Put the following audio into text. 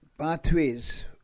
pathways